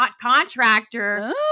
contractor